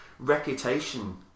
reputation